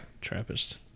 Trappist